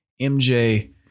MJ